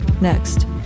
Next